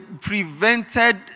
prevented